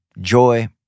Joy